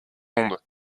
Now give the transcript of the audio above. ondes